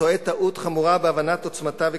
טועה טעות חמורה בהבנת עוצמתה וכיוונה.